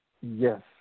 Yes